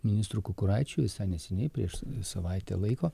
ministru kukuraičiu visai neseniai prieš savaitę laiko